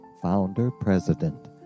founder-president